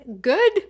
Good